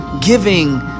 giving